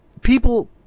People